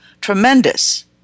Tremendous